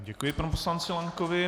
Děkuji panu poslanci Lankovi.